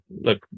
look